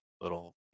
little